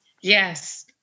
Yes